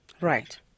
Right